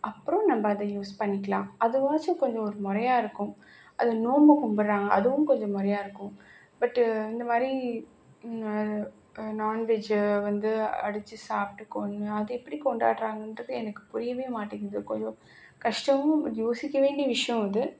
அப்பறம் நம்ம அதை யூஸ் பண்ணிக்கலாம் அதுவாச்சும் கொஞ்சம் ஒரு முறையா இருக்கும் அதில் நோம்பு கும்பிட்றாங்க அதுவும் கொஞ்சம் முறையா இருக்கும் பட்டு இந்தமாதிரி நான் வெஜ்ஜை வந்து அடித்து சாப்பிட்டு கொன்று அதை எப்படி கொண்டாடுறாங்கன்றது எனக்கு புரியவே மாட்டேங்குது கொஞ்சம் கஷ்டமும் யோசிக்க வேண்டிய விஷயம் அது